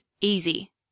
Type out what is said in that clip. easy